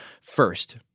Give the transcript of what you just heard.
First